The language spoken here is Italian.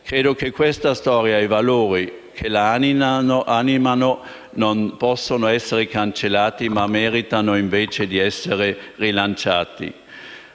Credo che questa storia e i valori che la animano non possano essere cancellati, ma meritino invece di essere rilanciati.